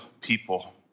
people